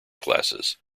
classes